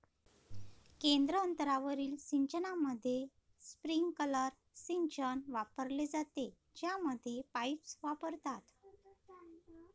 केंद्र अंतरावरील सिंचनामध्ये, स्प्रिंकलर सिंचन वापरले जाते, ज्यामध्ये पाईप्स वापरतात